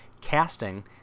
casting